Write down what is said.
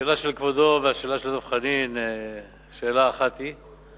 השאלה של כבודו והשאלה של דב חנין שאלה אחת היא,